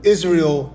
Israel